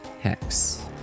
hex